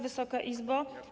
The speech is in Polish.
Wysoka Izbo!